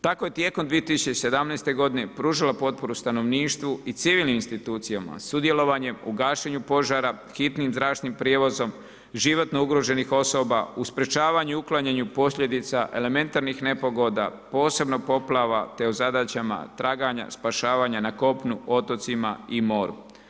Tako je tijekom 2017. godine pružila potporu stanovništvu i civilnim institucijama, sudjelovanjem u gašenju požara, hitnim zračnim prijevozom, životno ugroženih osoba, u sprečavanju i uklanjanju posljedica elementarnih nepogoda, posebno poplava te u zadaćama traganja, spašavanja na kopnu, otocima i moru.